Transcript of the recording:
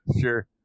Sure